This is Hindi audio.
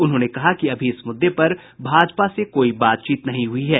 उन्होंने कहा कि अभी इस मुद्दे पर भाजपा से कोई बातचीत नहीं हुई है